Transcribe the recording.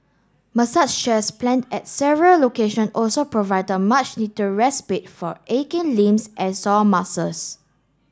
massage chairs plant at several location also provide much needed respite for aching limbs and sore muscles